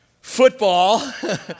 football